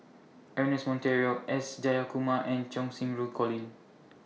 Ernest Monteiro S Jayakumar and Cheng Xinru Colin